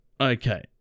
Okay